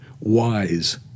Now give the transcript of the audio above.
wise